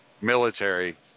military